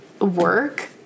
work